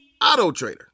AutoTrader